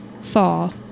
fall